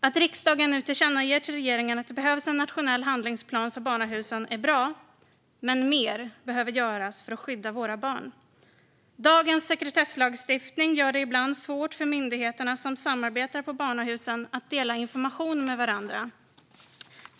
Att riksdagen nu tillkännager för regeringen att det behövs en nationell handlingsplan för barnahusen är bra, men mer behöver göras för att skydda våra barn. Dagens sekretesslagstiftning gör det ibland svårt för myndigheterna som samarbetar på barnahusen att dela information med varandra.